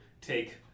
take